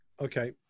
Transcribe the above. okay